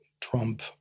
Trump